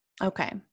Okay